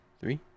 three